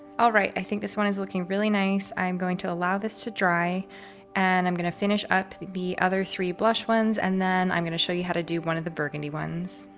all right. i think this one is looking really nice. i'm going to allow this to dry and i'm going to finish up the the other three blush ones. and then i'm going to show you how to do one of the burgundy ones.